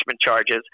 charges